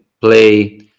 play